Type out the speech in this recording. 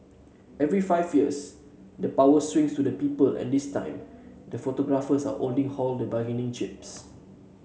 every five years the power swings to the people and this time the photographers are only holding the bargaining chips